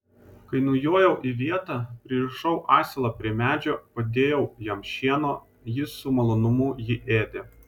kai nujojau į vietą pririšau asilą prie medžio padėjau jam šieno jis su malonumu jį ėdė